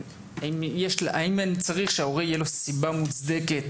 האם צריך שלהורה תהיה סיבה מוצדקת